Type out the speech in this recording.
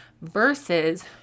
versus